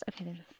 Okay